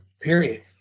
period